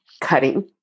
cutting